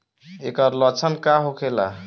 ऐकर लक्षण का होखेला?